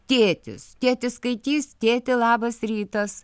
tėtis tėtis skaitys tėti labas rytas